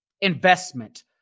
investment